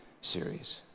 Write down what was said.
series